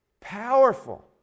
Powerful